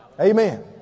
Amen